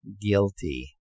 guilty